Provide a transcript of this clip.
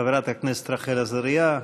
חברת הכנסת רחל עזריה.